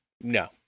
no